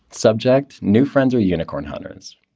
subject new friends are a unicorn. hundreds.